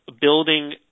building